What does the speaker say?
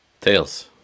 Tails